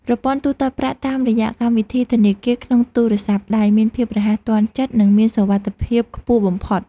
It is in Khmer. ប្រព័ន្ធទូទាត់ប្រាក់តាមរយៈកម្មវិធីធនាគារក្នុងទូរស័ព្ទដៃមានភាពរហ័សទាន់ចិត្តនិងមានសុវត្ថិភាពខ្ពស់បំផុត។